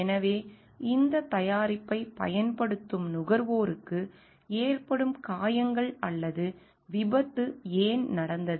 எனவே இந்த தயாரிப்பைப் பயன்படுத்தும் நுகர்வோருக்கு ஏற்படும் காயங்கள் அல்லது விபத்து ஏன் நடந்தது